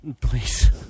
please